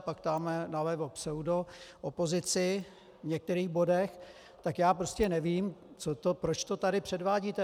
Pak tamhle nalevo pseudoopozici v některých bodech tak já prostě nevím, co to, proč to tady předvádíte.